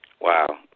Wow